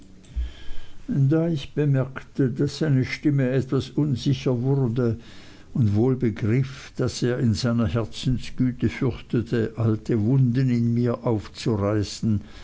da ich bemerkte daß seine stimme etwas unsicher wurde und wohl begriff daß er in seiner herzensgüte fürchtete alte wunden in mir aufzureißen